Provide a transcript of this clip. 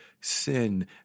sin